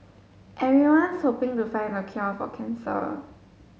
everyone's hoping to find the cure for cancer